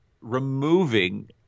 Removing